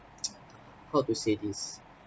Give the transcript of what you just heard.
how to say this